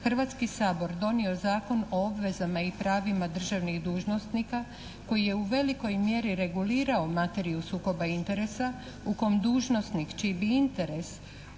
Hrvatski sabor donio Zakon o obvezama i pravima državnih dužnosnika koji je u velikoj mjeri regulirao materiju sukoba interesa u kom dužnosnik čiji bi interes u